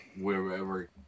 wherever